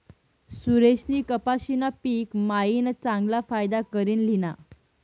सुरेशनी कपाशीना पिक मायीन चांगला फायदा करी ल्हिना